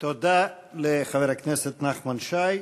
תודה לחבר הכנסת נחמן שי.